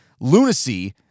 lunacy